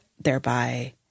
thereby